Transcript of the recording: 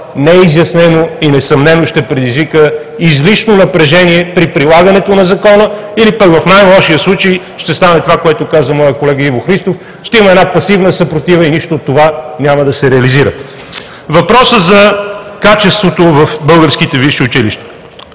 е изяснено и несъмнено ще предизвика излишно напрежение при прилагането на Закона или в най-лошия случай ще стане това, което каза моят колега Иво Христов: ще има една пасивна съпротива и нищо от това няма да се реализира. Въпросът за качеството в българските висши училища.